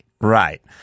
Right